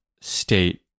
state